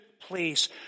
place